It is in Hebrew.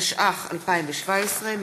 התשע"ח 2017,